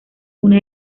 una